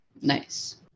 Nice